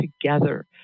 together